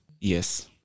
yes